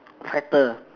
tractor